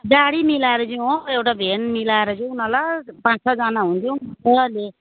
गाडी मिलाएर जाउँ हौ एउटा भ्यान मिलाएर जाउँ न ल पाँच छजना हुन्छौँ मज्जाले